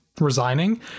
resigning